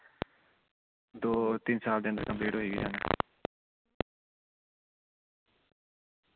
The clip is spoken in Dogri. ओह् तीन साल ते कम्पलीट होई गै जाने